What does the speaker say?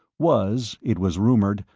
was, it was rumored,